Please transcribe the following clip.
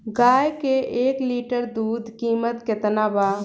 गाय के एक लीटर दूध कीमत केतना बा?